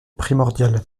primordial